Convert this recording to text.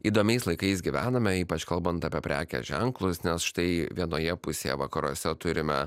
įdomiais laikais gyvename ypač kalbant apie prekės ženklus nes štai vienoje pusėje vakaruose turime